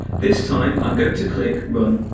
this time i'm going to click run.